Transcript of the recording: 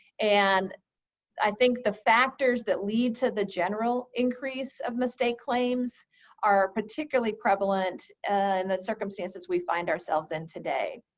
and i think the factors that lead to the general increase of mistake claims are particularly prevalent in and the circumstances we find ourselves in today.